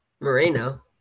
Moreno